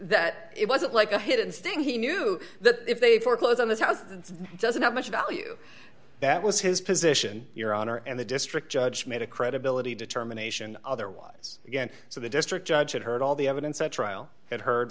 that it wasn't like a hidden sting he knew that if they foreclose on his house that doesn't have much value that was his position your honor and the district judge made a credibility determination otherwise again so the district judge had heard all the evidence the trial had heard